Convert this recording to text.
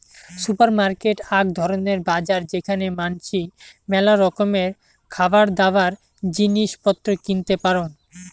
supermarket আক ধরণের বাজার যেখানে মানাসি মেলা রকমের খাবারদাবার, জিনিস পত্র কিনতে পারং